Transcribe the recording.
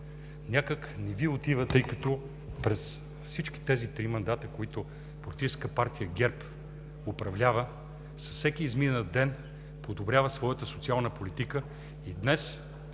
някак не Ви отива, тъй като през всичките тези три мандата, в които Политическа партия ГЕРБ управлява, с всеки изминат ден подобрява своята социална политика и днес